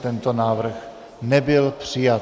Tento návrh nebyl přijat.